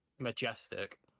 Majestic